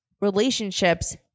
relationships